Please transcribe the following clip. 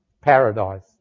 paradise